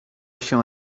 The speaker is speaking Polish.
się